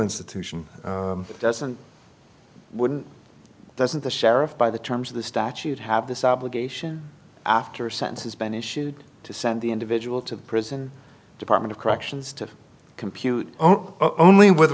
institution doesn't wouldn't doesn't the sheriff by the terms of the statute have this obligation after a sense has been issued to send the individual to the prison department of corrections to compute oh only with